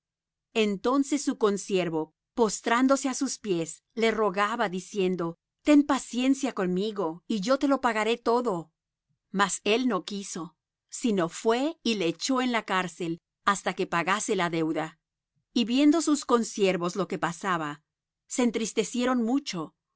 entonces su consiervo postrándose á sus pies le rogaba diciendo ten paciencia conmigo y yo te lo pagaré todo mas él no quiso sino fué y le echó en la cárcel hasta que pagase la deuda y viendo sus consiervos lo que pasaba se entristecieron mucho